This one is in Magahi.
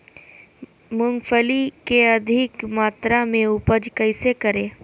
मूंगफली के अधिक मात्रा मे उपज कैसे करें?